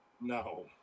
No